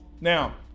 Now